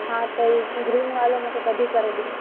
हा त हीउ ग्रीन वारो मूंखे कढी करे ॾियो